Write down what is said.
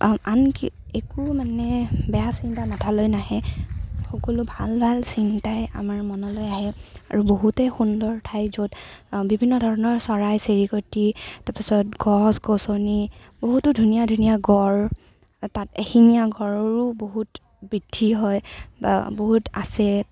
আন একো মানে বেয়া চিন্তা মনলৈ নাহে সকলো ভাল ভাল চিন্তাই আমাৰ মনলৈ আহে আৰু বহুতেই সুন্দৰ ঠাই য'ত বিভিন্ন ধৰণৰ চৰাই চিৰিকটি তাৰ পাছত গছ গছনি বহুতো ধুনীয়া ধুনীয়া গড় আৰু তাত এশিঙীয়া গড়ৰো বহুত বৃদ্ধি হয় বা বহুত আছে